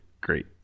Great